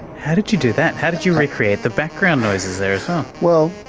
how did you do that? how did you recreate the background noises there as um well?